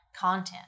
content